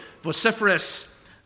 vociferous